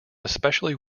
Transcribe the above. especially